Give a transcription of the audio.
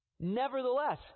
Nevertheless